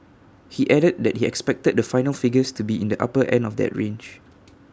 he added that he expected the final figures to be in the upper end of that range